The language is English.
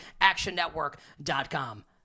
actionnetwork.com